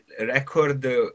record